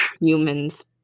humans